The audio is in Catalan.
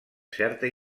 certa